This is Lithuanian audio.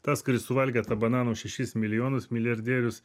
tas kuris suvalgė tą bananą už šešis milijonus milijardierius